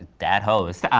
dat host.